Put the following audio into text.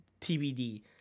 TBD